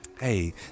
Hey